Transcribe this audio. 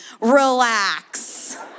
Relax